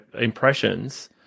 impressions